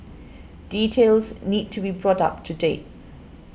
details need to be brought up to date